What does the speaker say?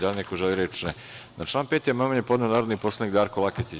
Da li neko želi reč? (Ne.) Na član 5. amandman je podneo narodni poslanik Darko Laketić.